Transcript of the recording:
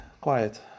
Quiet